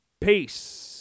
Peace